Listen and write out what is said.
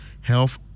health